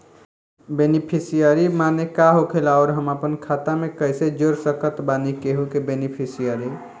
Beneficiary माने का होखेला और हम आपन खाता मे कैसे जोड़ सकत बानी केहु के बेनीफिसियरी?